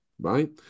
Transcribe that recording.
right